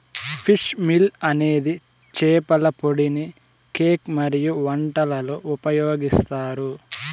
fish meal అనేది చేపల పొడిని కేక్ మరియు వంటలలో ఉపయోగిస్తారు